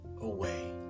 away